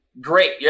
Great